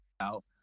out